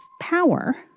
power... —